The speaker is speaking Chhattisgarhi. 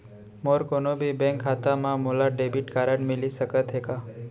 मोर कोनो भी बैंक खाता मा मोला डेबिट कारड मिलिस सकत हे का?